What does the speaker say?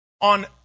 on